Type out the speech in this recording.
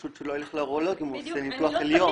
פשוט שלא ילך לאורולוג אם הוא עושה ניתוח עליון.